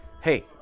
Hey